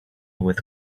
with